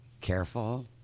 Careful